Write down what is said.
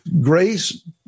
grace